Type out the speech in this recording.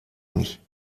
mich